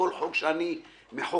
לכל חוק שאני מחוקק,